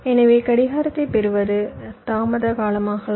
எனவே கடிகாரத்தைப் பெறுவது தாமதமாகலாம்